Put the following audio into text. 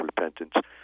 repentance